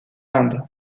inde